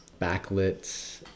backlit